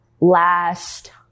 last